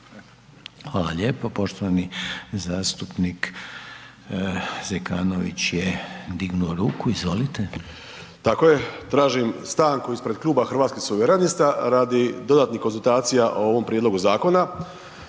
Hvala lijepo. Poštovani zastupnik Zekanović je dignuo ruku. Izvolite. **Zekanović, Hrvoje (HRAST)** Tako je. Tražim stanku ispred Kluba Hrvatskih suverenista radi dodatnih konzultacija o ovom prijedlogu zakona.